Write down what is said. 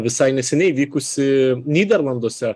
visai neseniai vykusį nyderlanduose